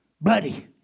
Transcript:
Buddy